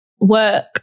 work